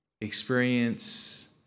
experience